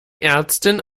ärztin